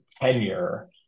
tenure